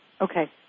Okay